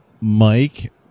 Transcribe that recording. Mike